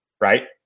right